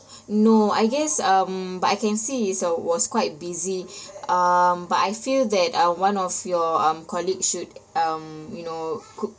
no I guess um but I can see it's uh was quite busy um but I feel that uh one of your um colleague should um you know could